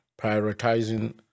Prioritizing